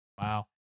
Wow